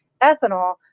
ethanol